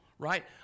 right